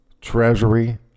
treasury